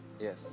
yes